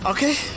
Okay